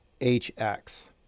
HX